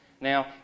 Now